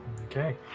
Okay